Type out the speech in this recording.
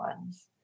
ones